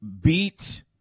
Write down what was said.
beat